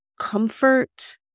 comfort